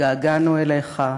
התגעגענו אליך.